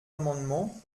amendements